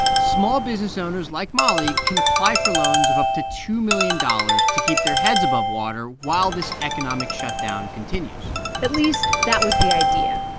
small-business owners like molly can apply for loans of up to two million dollars to keep their heads above water while this economic shutdown continues at least, that was the idea.